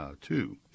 two